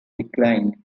declined